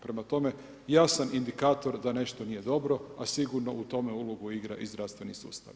Prema tome, ja sam indikator da nešto nije dobro, a sigurno u tome ulogu igra i zdravstveni sustav.